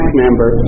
member